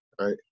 right